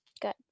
good